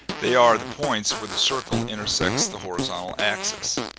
they are the points where the circle intersects the horizontal axis.